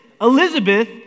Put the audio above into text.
Elizabeth